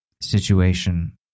situation